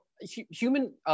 human